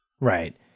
Right